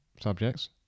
subjects